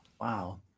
Wow